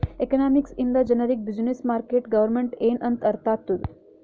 economics ಇಂದ ಜನರಿಗ್ business, market, government ಎನ್ ಅಂತ್ ಅರ್ಥ ಆತ್ತುದ್